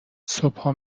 صبحا